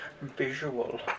visual